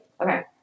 Okay